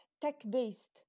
tech-based